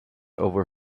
over